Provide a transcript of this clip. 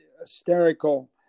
hysterical